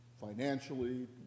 financially